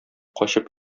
качып